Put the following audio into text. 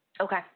Okay